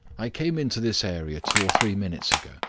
i came into this area two or three minutes ago,